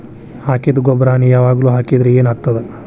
ಹಾಕಿದ್ದ ಗೊಬ್ಬರಾನೆ ಯಾವಾಗ್ಲೂ ಹಾಕಿದ್ರ ಏನ್ ಆಗ್ತದ?